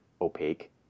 opaque